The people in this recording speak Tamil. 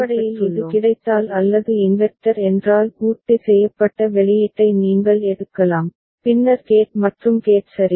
எனவே அடிப்படையில் இது கிடைத்தால் அல்லது இன்வெர்ட்டர் என்றால் பூர்த்தி செய்யப்பட்ட வெளியீட்டை நீங்கள் எடுக்கலாம் பின்னர் கேட் மற்றும் கேட் சரி